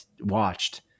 watched